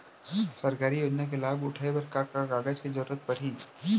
सरकारी योजना के लाभ उठाए बर का का कागज के जरूरत परही